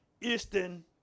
Eastern